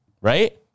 right